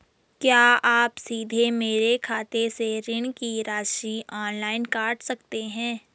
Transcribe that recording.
क्या आप सीधे मेरे खाते से ऋण की राशि ऑनलाइन काट सकते हैं?